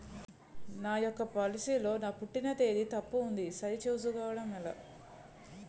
నా యెక్క పోలసీ లో నా పుట్టిన తేదీ తప్పు ఉంది సరి చేసుకోవడం ఎలా?